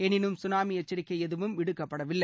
எனினும் சுனாமி எச்சரிக்கை எதுவும் விடுக்கப்படவில்லை